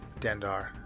Dendar